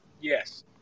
Yes